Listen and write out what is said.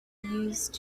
used